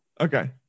Okay